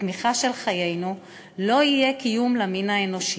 התמיכה של חיינו לא יהיה קיום למין האנושי,